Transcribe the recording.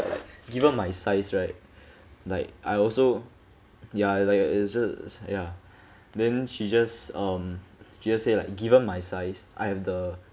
given my size right like I also ya like ya then she just um she just say like given my size I have the